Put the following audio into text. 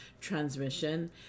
transmission